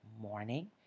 morning